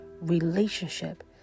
relationship